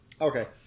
Okay